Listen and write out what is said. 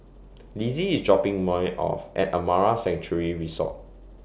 Lizzie IS dropping off At Amara Sanctuary Resort